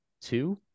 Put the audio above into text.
two